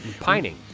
pining